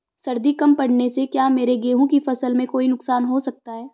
सर्दी कम पड़ने से क्या मेरे गेहूँ की फसल में कोई नुकसान हो सकता है?